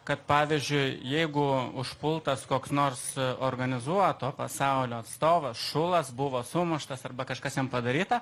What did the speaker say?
kad pavyzdžiui jeigu užpultas koks nors organizuoto pasaulio atstovas šulas buvo sumuštas arba kažkas jam padaryta